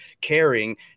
caring